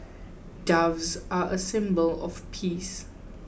doves are a symbol of peace